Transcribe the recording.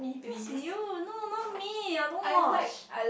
that's you no no not me I don't watch